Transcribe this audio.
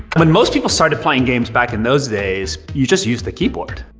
when most people started playing games back in those days, you just used a keyboard.